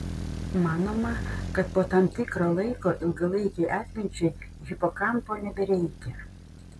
manoma kad po tam tikro laiko ilgalaikei atminčiai hipokampo nebereikia